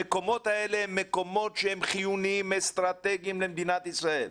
המקומות האלה חיוניים ואסטרטגיים למדינת ישראל.